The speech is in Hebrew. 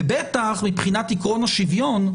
בטח מבחינת עיקרון השוויון,